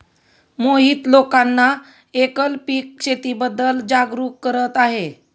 मोहित लोकांना एकल पीक शेतीबद्दल जागरूक करत आहे